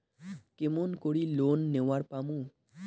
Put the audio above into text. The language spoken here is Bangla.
কেমন করি লোন নেওয়ার পামু?